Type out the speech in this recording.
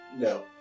No